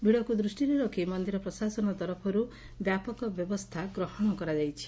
ଭିଡ଼କୁ ଦୁଷିରେ ରଖ୍ ମନ୍ଦିର ପ୍ରଶାସନ ତରଫରୁ ବ୍ୟାପକ ସୁରକ୍ଷା ବ୍ୟବସ୍କା ଗ୍ରହଣ କରାଯାଇଛି